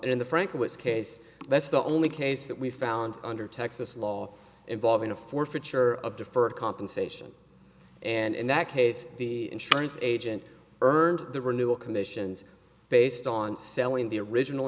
in the frank was case that's the only case that we found under texas law involving a forfeiture of deferred compensation and in that case the insurance agent earned the renewal commissions based on selling the original